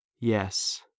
Yes